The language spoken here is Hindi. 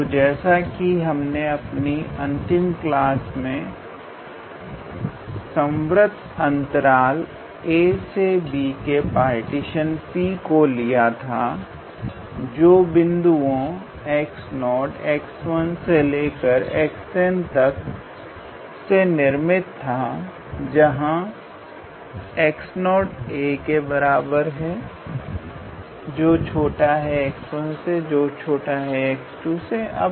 तो जैसा कि हमने अपनी अंतिम क्लास में संर्वत अंतराल ab के पार्टीशन P को लिया था जो बिंदुओं 𝑥0 𝑥1 से लेकर 𝑥𝑛तक से निर्मित था जहां 𝑎𝑥0𝑥1𝑥2 𝑥𝑛𝑏